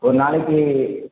ஒரு நாளைக்கு